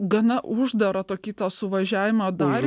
gana uždaro to kito suvažiavimą darė